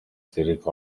зэрэг